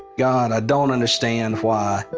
god, i don't understand why.